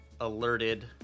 alerted